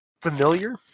familiar